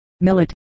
millet